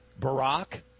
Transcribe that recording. Barack